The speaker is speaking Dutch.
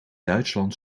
duitsland